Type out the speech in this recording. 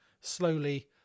slowly